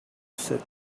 sit